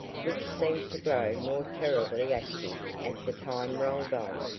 which seemed to grow more terribly active as the time rolled on.